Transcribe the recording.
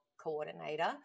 coordinator